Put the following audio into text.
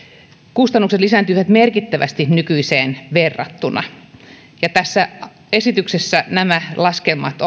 kustannukset lisääntyisivät merkittävästi nykyiseen verrattuna ja tässä esityksessä nämä laskelmat